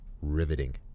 riveting